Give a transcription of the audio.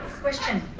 question,